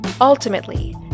Ultimately